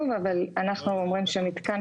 צריך להיות כתוב,